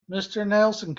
nelson